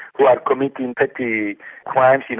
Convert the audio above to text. who are committing petty crimes, you know,